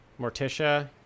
Morticia